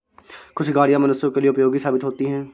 कुछ गाड़ियां मनुष्यों के लिए उपयोगी साबित होती हैं